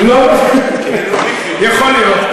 יכול להיות.